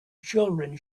children